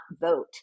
vote